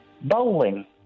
bowling